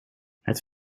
het